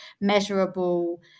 measurable